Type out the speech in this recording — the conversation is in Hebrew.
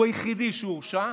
הוא היחיד שהורשע.